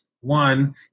One